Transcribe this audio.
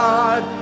God